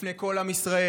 בפני כל עם ישראל.